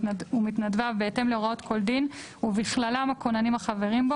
ומתנדביו בהתאם להוראות כל דין ובכללם הכוננים החברים בו.